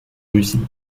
russie